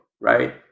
right